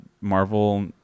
Marvel